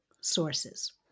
sources